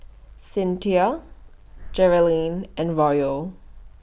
Cinthia Geralyn and Royal